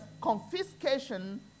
confiscation